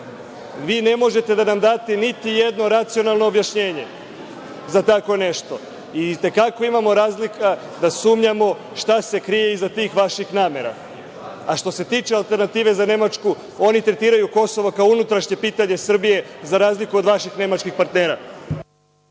Vi ne možete da nam date niti jedno racionalno objašnjenje za tako nešto. I te kako imamo razloga da sumnjamo šta se krije iza tih vaših namera. Što se tiče Alternative za Nemačku, oni tretiraju Kosovo kao unutrašnje pitanje Srbije, za razliku od vaših nemačkih partnera.